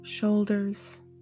Shoulders